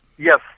Yes